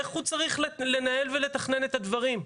איך הוא צריך לנהל ולתכנן את הדברים,